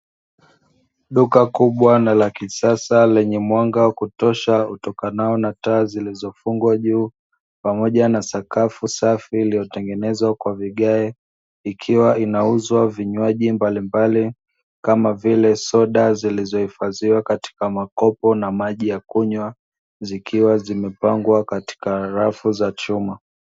Duka kubwa na la kisasa lenye mwanga wa kutosha utokanao na taa zilizofungwa juu, pamoja na sakafu safi iliyotengenezwa kwa vigae, ikiwa inauzwa vinywaji mbalimbali, kama vile soda, zilizohifadhiwa katika makopo na maji ya kunywa, zikiwa zimepangwa katika rafu za chuma.